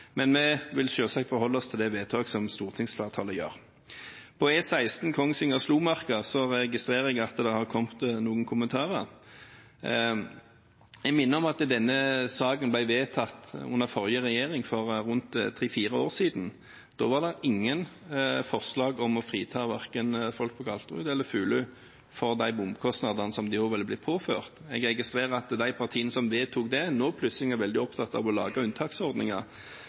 Men vi vil selvsagt forholde oss til det vedtaket som stortingsflertallet gjør. Jeg registrerer at det har kommet noen kommentarer om E16 Kongsvinger–Slomarka. Jeg vil minne om at denne saken ble vedtatt under den forrige regjeringen, for tre–fire år siden. Da var det ingen forslag om å frita folk verken på Galterud eller Fulu for de bomkostnadene som de ville blitt påført. Jeg registrerer at de partiene som vedtok det, nå plutselig er veldig opptatt av å lage